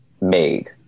made